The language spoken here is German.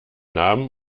namen